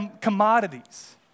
commodities